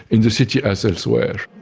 in the city as elsewhere.